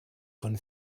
von